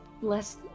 less